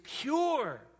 pure